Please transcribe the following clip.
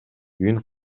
үйүн